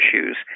issues